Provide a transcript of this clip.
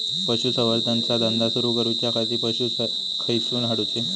पशुसंवर्धन चा धंदा सुरू करूच्या खाती पशू खईसून हाडूचे?